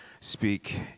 speak